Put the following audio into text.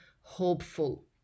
hopeful